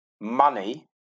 Money